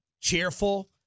cheerful